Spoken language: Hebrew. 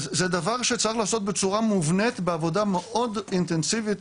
אז זה דבר שצריך לעשות בצורה מובנית בעבודה מאוד אינטנסיבית,